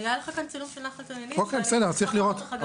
היה לך כאן צילום של נחל תנינים וגם של נחל תמסח.